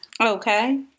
Okay